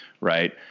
Right